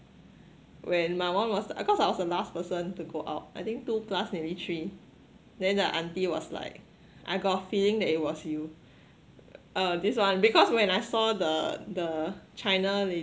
when my one was cause I was the last person to go out I think two plus nearly three then the auntie was like I got a feeling that it was you uh this one because when I saw the the china